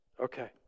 Okay